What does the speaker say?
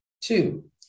Two